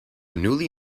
newly